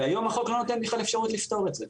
והיום החוק לא נותן בכלל אפשרות לפטור את זה.